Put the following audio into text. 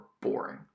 boring